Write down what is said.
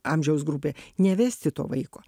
amžiaus grupė nevesti to vaiko